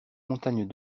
montagnes